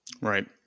Right